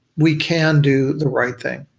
we can do the right thing.